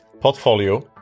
portfolio